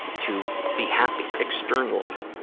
to be happy externally.